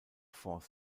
force